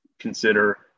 consider